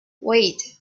wait